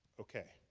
okay.